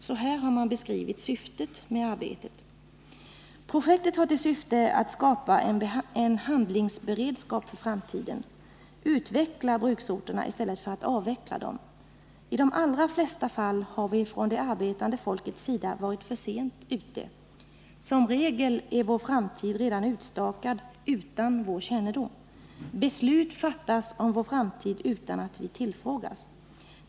Så här har man beskrivit syftet med arbetet: ”Projektet har till syfte att skapa en handlingsberedskap för framtiden. Utveckla bruksorterna i stället för att avveckla dem. I de allra flesta fall har vi från det arbetande folkets sida varit "för sent ute”. Som regel är vår framtid redan utstakad, utan vår kännedom. Beslut fattas om vår framtid utan att vi tillfrågas.